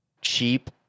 cheap